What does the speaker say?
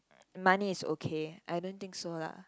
money is okay I don't think so lah